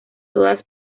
todas